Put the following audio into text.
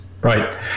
Right